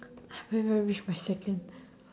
I haven't even reach my second